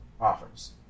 offers